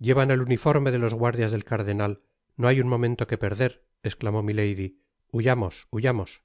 llevan el uniforme de los guardias del cardenal no hay un momento que perder esclamó milady huyamos huyamos